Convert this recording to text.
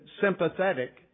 sympathetic